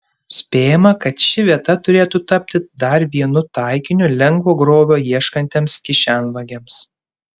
spėjama kad ši vieta turėtų tapti dar vienu taikiniu lengvo grobio ieškantiems kišenvagiams